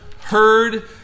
heard